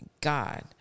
God